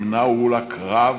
הם נעו לקרב